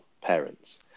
parents